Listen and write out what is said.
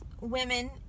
Women